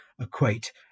equate